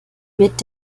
mit